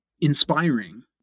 inspiring